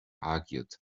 argued